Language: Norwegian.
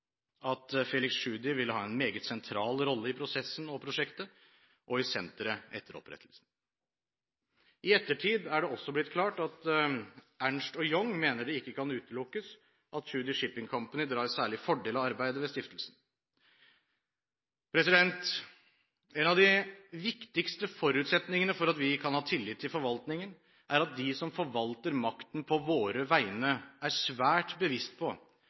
at Felix Tschudi ville ha en meget sentral rolle i prosessen og prosjektet og i senteret etter opprettelsen. I ettertid er det også blitt klart at Ernst & Young mener det ikke kan utelukkes at Tschudi Shipping Company drar særlige fordeler av arbeidet med stiftelsen. En av de viktigste forutsetningene for at vi kan ha tillit til forvaltningen, er at de som forvalter makten på våre vegne, er svært bevisst på